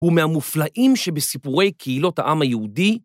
ומהמופלאים שבסיפורי קהילות העם היהודי.